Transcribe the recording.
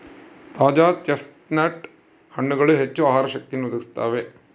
ತಾಜಾ ಚೆಸ್ಟ್ನಟ್ ಹಣ್ಣುಗಳು ಹೆಚ್ಚು ಆಹಾರ ಶಕ್ತಿಯನ್ನು ಒದಗಿಸುತ್ತವೆ